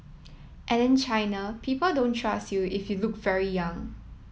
and in China people don't trust you if you look very young